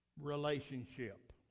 relationship